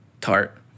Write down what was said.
tart